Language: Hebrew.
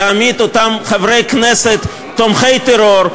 להעמיד את אותם חברי כנסת תומכי טרור,